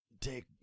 take